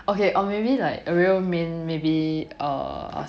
okay or maybe like a real main maybe err